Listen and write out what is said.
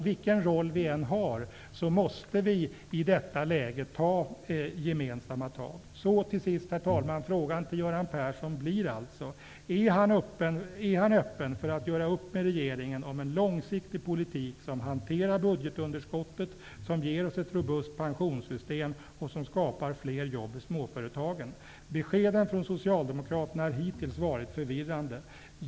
Vilken roll vi än har måste vi i detta läge ta gemensamma tag. Till sist, herr talman, blir alltså frågan till Göran Persson om han är öppen för att göra upp med regeringen om en långsiktig politik, som hanterar budgetunderskottet, som ger oss ett robust pensionssystem och som skapar fler jobb i småföretagen. Beskeden från socialdemokraterna har hittills varit förvirrande.